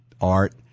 art